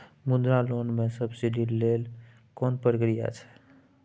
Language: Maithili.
मुद्रा लोन म सब्सिडी लेल कोन प्रक्रिया छै?